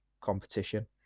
competition